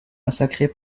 massacrés